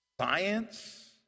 science